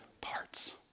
parts